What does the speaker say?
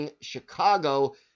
Chicago